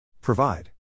Provide